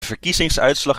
verkiezingsuitslag